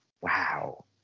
wow